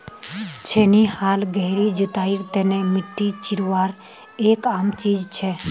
छेनी हाल गहरी जुताईर तने मिट्टी चीरवार एक आम चीज छे